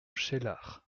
cheylard